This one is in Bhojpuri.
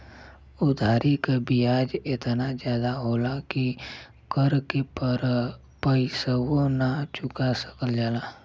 उधारी क बियाज एतना जादा होला कि कर के पइसवो ना चुका सकल जाला